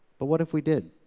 but what if we did?